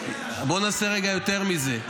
בוא נעשה רגע יותר מזה.